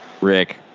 Rick